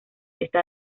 está